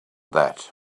that